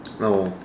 oh